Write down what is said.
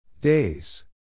Days